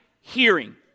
hearing